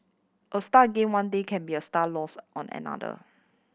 a star gained one day can be a star lost on another